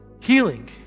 healing